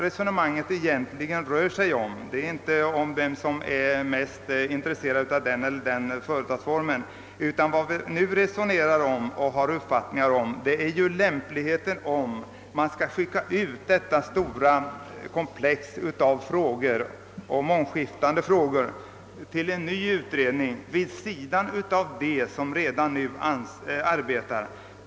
Resonemanget rör sig därför inte om vem som är mest intresserad av den eller den företagsformen, utan om lämpligheten av att skicka hela detta stora och mångskiftande frågekomplex till en ny utredning vid sidan av den som redan arbetar.